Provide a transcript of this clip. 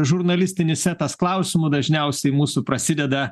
žurnalistinis setas klausimų dažniausiai mūsų prasideda